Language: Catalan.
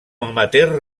amateur